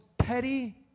petty